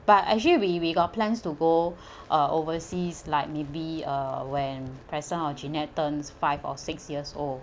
but actually we we got plans to go uh overseas like maybe uh when preston or jeanet turns five or six years old